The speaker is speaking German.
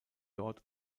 dort